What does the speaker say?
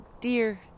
dear